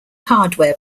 hardware